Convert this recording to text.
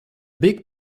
big